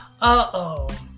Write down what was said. uh-oh